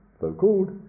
so-called